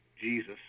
Jesus